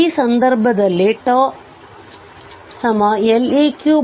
ಈ ಸಂದರ್ಭದಲ್ಲಿ τ Leq R